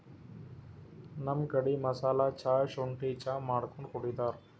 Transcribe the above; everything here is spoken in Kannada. ನಮ್ ಕಡಿ ಮಸಾಲಾ ಚಾ, ಶುಂಠಿ ಚಾ ಮಾಡ್ಕೊಂಡ್ ಕುಡಿತಾರ್